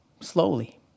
slowly